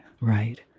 right